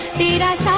meet as ah